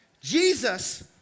Jesus